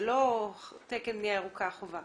זה לא תקן בנייה ירוקה כחובה.